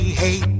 hey